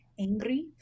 angry